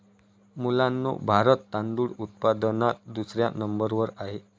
मुलांनो भारत तांदूळ उत्पादनात दुसऱ्या नंबर वर आहे